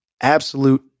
Absolute